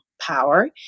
power